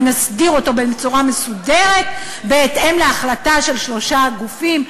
ונסדיר אותו בצורה מסודרת בהתאם להחלטה של שלושה גופים,